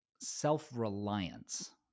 self-reliance